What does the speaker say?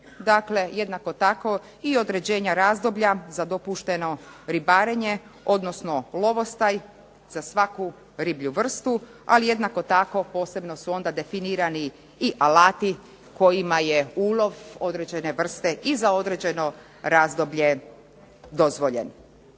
Dakle, jednako tako i određenja razdoblja za dopušteno ribarenje, odnosno lovostaj za svaku riblju vrstu, ali jednako tako posebno su onda definirani i alati kojima je ulov određene vrste i za određeno razdoblje dozvoljen.